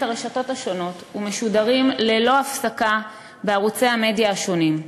הרשתות השונות ומשודרים ללא הפסקה בערוצי המדיה השונים,